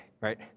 right